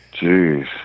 Jeez